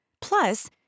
Plus